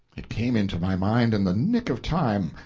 it came into my mind in the nick of time,